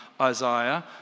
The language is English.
Isaiah